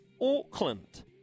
Auckland